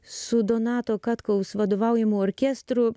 su donato katkaus vadovaujamu orkestru